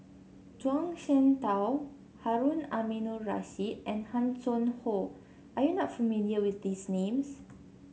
Zhuang Shengtao Harun Aminurrashid and Hanson Ho are you not familiar with these names